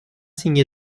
signé